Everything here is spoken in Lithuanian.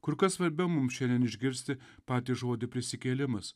kur kas svarbiau mum šiandien išgirsti patį žodį prisikėlimas